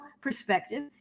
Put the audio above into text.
perspective